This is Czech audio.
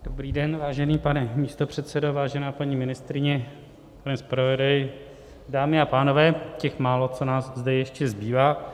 Dobrý den, vážený pane místopředsedo, vážená paní ministryně, pane zpravodaji, dámy a pánové, těch málo, co nás zde ještě zbývá.